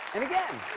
and again.